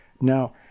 Now